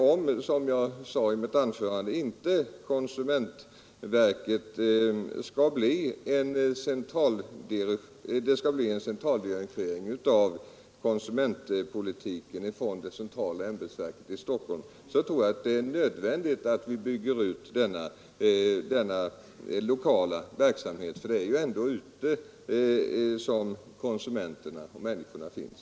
Jag framhöll i mitt anförande att om det inte skall bli en dirigering av konsumentpolitiken från det centrala ämbetsverket i Stockholm så är det nödvändigt att bygga ut denna lokala verksamhet, för det är ju ändå ute i landet som konsumenterna finns.